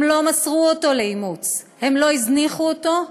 הם לא מסרו אותו לאימוץ, הם לא הזניחו אותו,